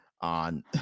on